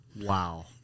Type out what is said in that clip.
wow